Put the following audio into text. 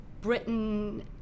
Britain